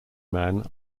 man